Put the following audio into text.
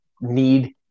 need